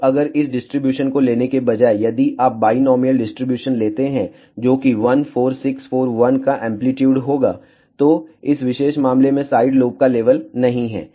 अब अगर इस डिस्ट्रीब्यूशन को लेने के बजाय यदि आप बाईनोमिअल डिस्ट्रीब्यूशन लेते हैं जो कि 1 4 6 4 1 का एंप्लीट्यूड होगा तो इस विशेष मामले में साइड लोब लेवल नहीं है